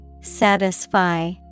Satisfy